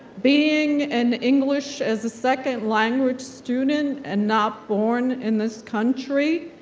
being an english as a second language student, and not born in this country.